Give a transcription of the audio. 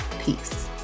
Peace